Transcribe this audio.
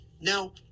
Now